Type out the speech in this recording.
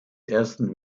ersten